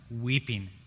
weeping